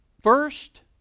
First